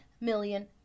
million